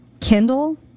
Kindle